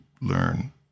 learn